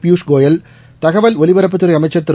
பியூஷ் கோயல் தகவல் ஒலிபரப்புத்துறைஅமைச்சா் திரு